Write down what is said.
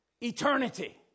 eternity